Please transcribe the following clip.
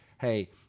Hey